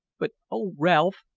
but, oh ralph!